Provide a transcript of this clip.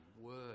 Word